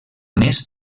més